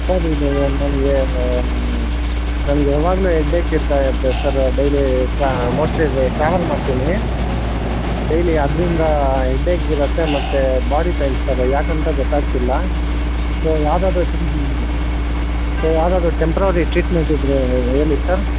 sir ಇದು ನನಗೆ ನನಗೆ ಯಾವಾಗಲೂ ಹೆಡ್ಡೇಕ್ ಇರ್ತದೆ ಸರ್ ಡೈಲಿ ಮೋಸ್ಟ್ಲಿ ಟ್ರಾವೆಲ್ ಮಾಡ್ತೀನಿ ಡೈಲಿ ಅದರಿಂದ ಹೆಡ್ಡೇಕ್ ಇರುತ್ತೆ ಮತ್ತು ಬಾಡಿ ಪೈನ್ ಸರ್ ಯಾಕೆ ಅಂತ ಗೊತ್ತಾಗ್ತಿಲ್ಲ ಸೊ ಯಾವುದಾದ್ರು ಸೊ ಯಾವುದಾದ್ರು ಟೆಂಪ್ರವರಿ ಟ್ರೀಟ್ಮೆಂಟ್ ಇದ್ದರೆ ಹೇಳಿ ಸರ್